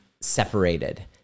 separated